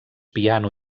piano